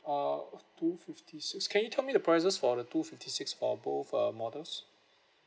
uh two fifty six can you tell me the prices for the two fifty six for both uh models